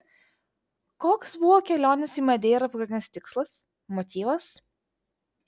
koks buvo kelionės į madeirą pagrindinis tikslas motyvas